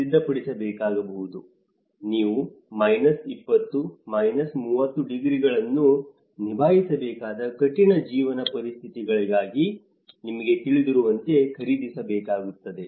ನೀವು 20 30 ಡಿಗ್ರಿಗಳನ್ನು ನಿಭಾಯಿಸಬೇಕಾದ ಕಠಿಣ ಜೀವನ ಪರಿಸ್ಥಿತಿಗಳಿಗಾಗಿ ನಿಮಗೆ ತಿಳಿದಿರುವಂತೆ ಖರೀದಿಸಬೇಕಾಗಿದೆ